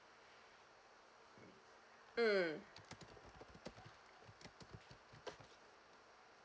mm